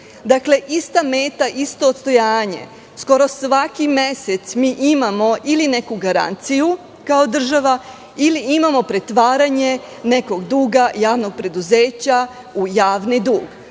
Dakle, ista meta, isto odstojanje. Skoro svaki mesec mi imamo ili neku garanciju kao država ili imamo pretvaranje nekog duga javnog preduzeća u javni dug.